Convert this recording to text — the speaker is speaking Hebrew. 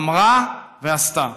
אמרה ועשתה.